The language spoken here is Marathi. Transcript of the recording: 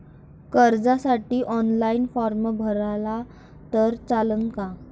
कर्जसाठी ऑनलाईन फारम भरला तर चालन का?